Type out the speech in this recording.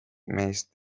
meest